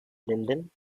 linden